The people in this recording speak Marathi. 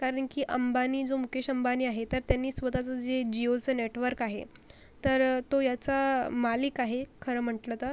कारण की अंबानी जो मुकेश अंबानी आहे तर त्यांनी स्वत चं जे जियोचं नेटवर्क आहे तर तो याचा मालिक आहे खरं म्हटलं तर